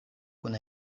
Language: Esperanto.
kun